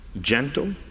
gentle